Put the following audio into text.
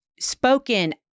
spoken